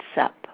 up